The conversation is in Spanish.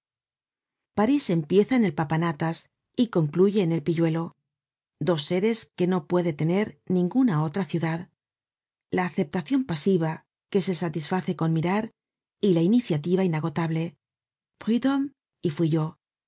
empteza en el papanatas y concluye en el pilluelo dos seres que no puede tener ninguna otra ciudad la aceptacion pasiva que se satisface con mirar y la iniciativa inagotable prudhomrae y fouillou solo